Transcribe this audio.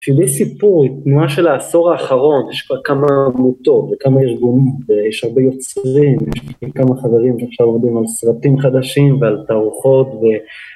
בשבילי סיפור היא תנועה של העשור האחרון יש כבר כמה עמותות וכמה ארגונות ויש הרבה יוצרים ויש כמה חברים שעכשיו עובדים על סרטים חדשים ועל תערוכות